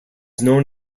known